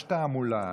יש תעמולה